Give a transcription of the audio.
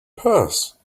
purse